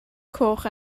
coch